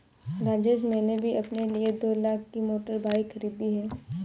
राजेश मैंने भी अपने लिए दो लाख की मोटर बाइक खरीदी है